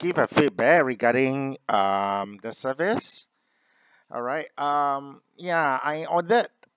give a feedback regarding um the service alright um yeah I ordered